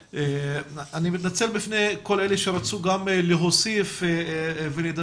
אני מתנצל בפני כל אלה שרצו להוסיף ולדבר,